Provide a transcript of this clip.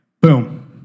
Boom